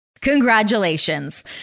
congratulations